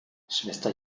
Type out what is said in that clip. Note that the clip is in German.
schwester